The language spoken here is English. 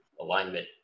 alignment